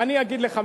אני אגיד לך,